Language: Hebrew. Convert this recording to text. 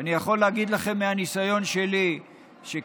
אני יכול להגיד לכם מהניסיון שלי שכמעט